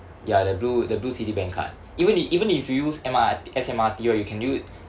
ya the blue the blue Citibank card even if even if you use M_R S_M_R_T right you can use